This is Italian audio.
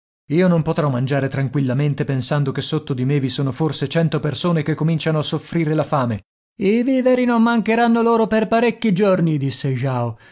io non potrò mangiare tranquillamente pensando che sotto di me vi sono forse cento persone che cominciano a soffrire la fame i viveri non mancheranno loro per parecchi giorni disse jao